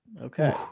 Okay